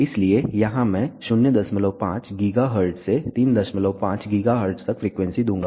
इसलिए यहां मैं 05 GHz से 35 GHz तक फ्रीक्वेंसी दूंगा